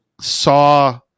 saw